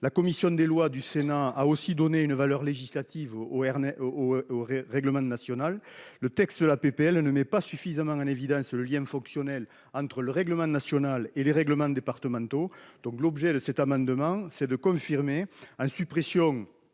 La commission des lois du Sénat a aussi donner une valeur législative o Ernest au au règlement national. Le texte de la PPL, elle ne met pas suffisamment en évidence le lien fonctionnel entre le règlement national et les règlements départementaux donc l'objet de cet amendement c'est de confirmer hein suppression.